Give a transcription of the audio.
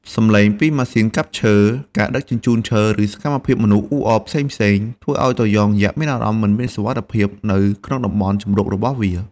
សំឡេងពីម៉ាស៊ីនកាប់ឈើ ការដឹកជញ្ជូនឈើ ឬសកម្មភាពមនុស្សអ៊ូអរផ្សេងៗ ធ្វើឲ្យត្រយងយក្សមានអារម្មណ៍មិនមានសុវត្ថិភាពនៅក្នុងតំបន់ជម្រករបស់វា។